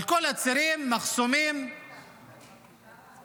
על כל הצירים מחסומים, בטונדות,